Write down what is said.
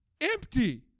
Empty